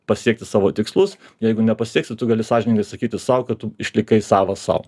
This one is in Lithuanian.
pasiekti savo tikslus jeigu nepasieksi tu gali sąžiningai sakyti sau kad tu išlikai savas sau